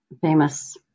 famous